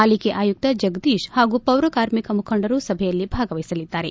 ಪಾಲಿಕೆಯ ಆಯುಕ್ತ ಜಗಧೀಶ್ ಹಾಗೂ ಪೌರಕಾರ್ಮಿಕ ಮುಖಂಡರು ಸಭೆಯಲ್ಲಿ ಭಾಗವಹಿಸಲಿದ್ದಾರೆ